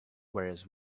whereas